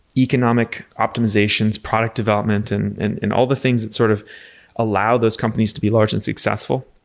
economic optimizations, product development and and and all the things that sort of allow those companies to be large and successful.